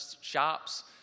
shops